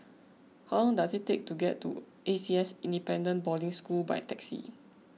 how long does it take to get to A C S Independent Boarding School by taxi